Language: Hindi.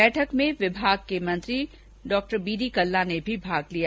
बैठक में विभाग के मंत्री बी डी कल्ला ने भी भाग लिया